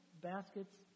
baskets